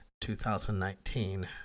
2019